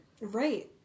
Right